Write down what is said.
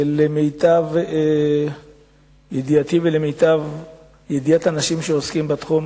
למיטב ידיעתי ולמיטב ידיעת אנשים שעוסקים בתחום,